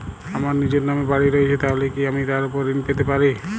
আমার নিজের নামে বাড়ী রয়েছে তাহলে কি আমি তার ওপর ঋণ পেতে পারি?